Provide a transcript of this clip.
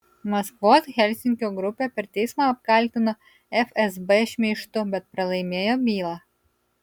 maskvos helsinkio grupė per teismą apkaltino fsb šmeižtu bet pralaimėjo bylą